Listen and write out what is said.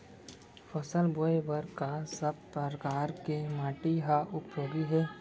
फसल बोए बर का सब परकार के माटी हा उपयोगी हे?